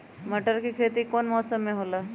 मटर के खेती कौन मौसम में होखेला?